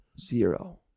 zero